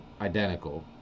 identical